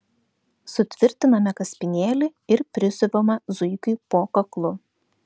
sutvirtiname kaspinėlį ir prisiuvame zuikiui po kaklu